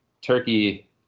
turkey